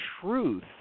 truth